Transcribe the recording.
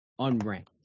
unranked